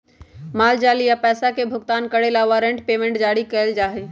माल या पैसा के भुगतान करे ला वारंट पेमेंट जारी कइल जा हई